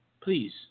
please